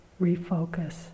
refocus